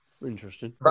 Interesting